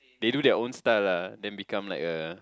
they do their own style ah then become like a